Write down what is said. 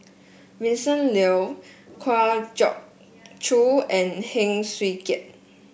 Vincent Leow Kwa Geok Choo and Heng Swee Keat